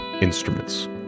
instruments